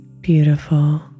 beautiful